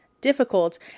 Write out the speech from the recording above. difficult